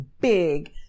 big